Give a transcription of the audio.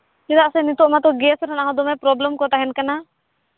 ᱪᱮᱫᱟᱜ ᱥᱮ ᱱᱤᱛᱳᱜ ᱢᱟᱛᱚ ᱜᱮᱥ ᱨᱮᱱᱟᱜ ᱦᱚᱸ ᱫᱚᱢᱮ ᱯᱨᱚᱵᱞᱮᱢ ᱠᱚ ᱛᱟᱦᱮᱱ ᱠᱟᱱᱟ